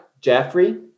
Jeffrey